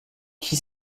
qui